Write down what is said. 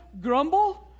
grumble